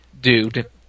dude